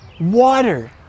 water